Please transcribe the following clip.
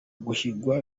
guhigwa